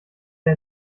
der